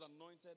anointed